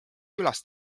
külas